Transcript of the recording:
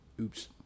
Oops